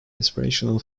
inspirational